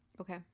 Okay